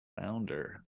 founder